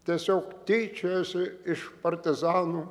tiesiog tyčiojosi iš partizanų